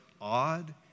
odd